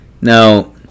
now